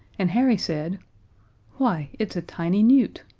and harry said why, it's a tiny newt!